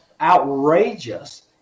outrageous